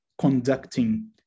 conducting